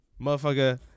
Motherfucker